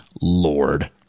Lord